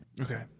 Okay